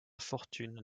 fortune